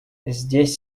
здесь